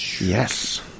Yes